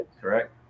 correct